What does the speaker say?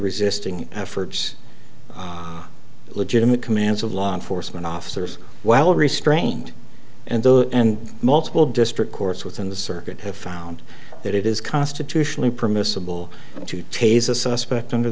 resisting efforts legitimate commands of law enforcement officers while restraint and the and multiple district courts within the circuit have found that it is constitutionally permissible to tase a suspect under